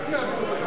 אתה מצביע עכשיו.